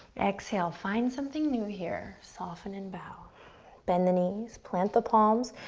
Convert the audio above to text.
exhale, find something new here. soften and bow bend the knees, plant the palms.